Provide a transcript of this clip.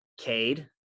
Cade